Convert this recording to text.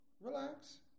Relax